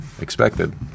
expected